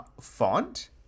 font